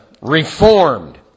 reformed